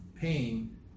pain